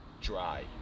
dry